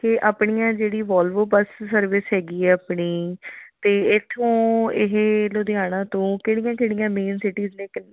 ਕਿ ਆਪਣੀਆਂ ਜਿਹੜੀ ਵੋਲਵੋ ਬਸ ਸਰਵਿਸ ਹੈਗੀ ਹੈ ਆਪਣੀ ਅਤੇ ਇਥੋਂ ਇਹ ਲੁਧਿਆਣਾ ਤੋਂ ਕਿਹੜੀਆਂ ਕਿਹੜੀਆਂ ਮੇਨ ਸਿਟੀਜ਼ ਨੇ